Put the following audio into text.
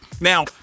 Now